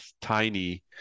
tiny